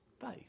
Faith